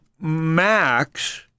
Max